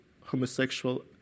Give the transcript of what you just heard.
homosexual